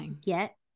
get